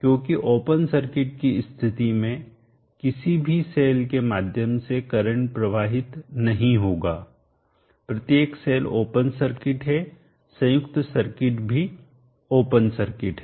क्योंकि open circuit की स्थिति में किसी भी सेल के माध्यम से करंट प्रवाहित नहीं होगा प्रत्येक सेल ओपन सर्किट है संयुक्त सर्किट भी ओपन सर्किट है